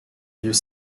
dieux